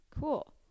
Cool